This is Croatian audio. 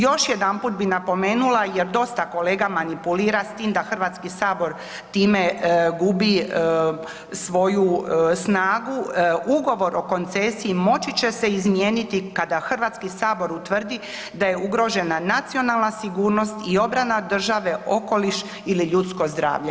Još jedanput bih napomenula jer dosta kolega manipulira, s tim da HS time gubi svoju snagu, ugovor o koncesiji moći će se izmijeniti kada HS utvrdi da je ugrožena nacionalna sigurnost i obrana države, okoliš ili ljudsko zdravlje.